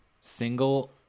single